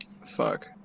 fuck